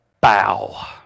bow